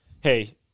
hey